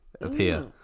appear